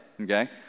okay